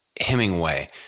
Hemingway